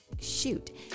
shoot